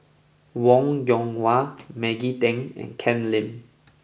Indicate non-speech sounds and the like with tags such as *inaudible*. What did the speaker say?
Wong Yoon Wah Maggie Teng and Ken Lim *noise*